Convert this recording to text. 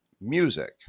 music